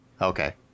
Okay